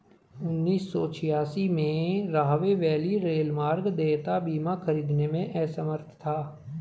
उन्नीस सौ छियासी में, राहवे वैली रेलमार्ग देयता बीमा खरीदने में असमर्थ था